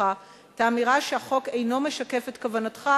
שלך את האמירה שהחוק אינו משקף את כוונתך,